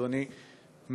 אדוני,